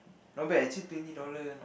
not bad actually twenty dollar